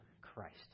Christ